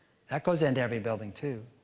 that goes into every building, too.